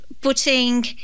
putting